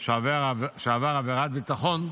שעבר עבירת ביטחון,